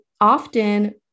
often